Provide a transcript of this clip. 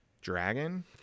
dragon